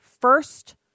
first